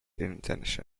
intention